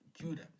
Judah